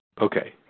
okay